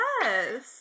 yes